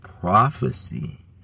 prophecy